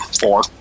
Four